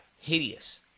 hideous